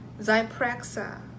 zyprexa